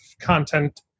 content